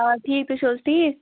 آ ٹھیٖک تُہی چھو حٲز ٹھیٖک